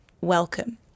welcome